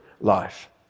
life